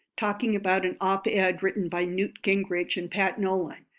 talking about an op-ed written by newt gingrich and pat nolan.